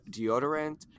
deodorant